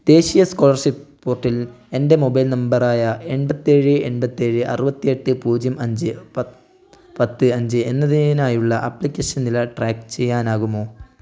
ദേശീയ സ്കോളർഷിപ്പ് പോർട്ടലിൽ എൻ്റെ മൊബൈൽ നമ്പറായ എൺപത്തിയേഴ് എൺപത്തിയേഴ് അറുപത്തിയെട്ട് പൂജ്യം അഞ്ച് പത് പത്ത് അഞ്ച് എന്നതിനായുള്ള ആപ്ലിക്കേഷൻ നില ട്രാക്ക് ചെയ്യാനാകുമോ